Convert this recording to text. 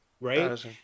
Right